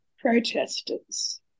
protesters